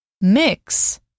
Mix